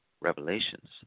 Revelations